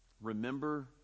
remember